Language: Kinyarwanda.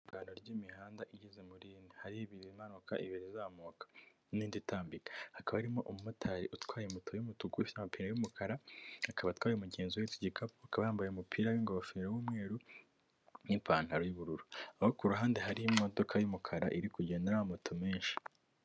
Isangano ry'imihanda igeze muri ine. Hari ibiri imanuka, ibiri izamuka n'indi itambika hakaba harimo umumotari utwaye moto y'umutuku ifite ampine y'umukara akaba atwaye umugenzi uhetse igikapu akaba yambaye umupira w'ingofero w'umweru n'ipantaro y'ubururu, naho ku ruhande hari imodoka y'umukara iri kugenda n'amamoto menshi.